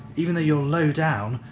even though you're low down,